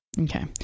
Okay